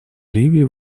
ливии